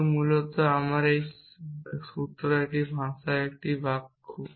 কিন্তু মূলত একটি সূত্র আমার ভাষায় একটি বাক্য